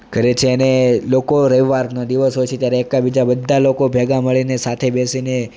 કરે છે અને લોકો રવિવારનો દિવસ હોય છે ત્યારે એકબીજા બધા લોકો ભેગા મળીને સાથે બેસીને